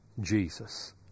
Jesus